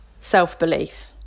self-belief